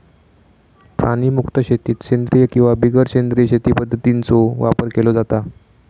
प्राणीमुक्त शेतीत सेंद्रिय किंवा बिगर सेंद्रिय शेती पध्दतींचो वापर केलो जाता